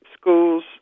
schools